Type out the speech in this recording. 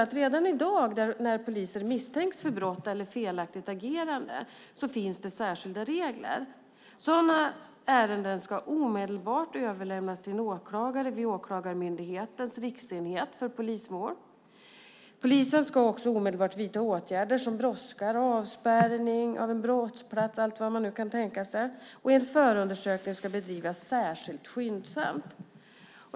När poliser misstänks för brott eller felaktigt agerande finns det redan i dag särskilda regler. Sådana ärenden ska omedelbart överlämnas till en åklagare vid Åklagarmyndighetens riksenhet för polismål. Polisen ska omedelbart vidta åtgärder som brådskande avspärrning av en brottsplats och allt vad man nu kan tänka sig, och en förundersökning ska bedrivas särskilt skyndsamt.